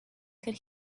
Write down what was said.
could